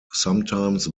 sometimes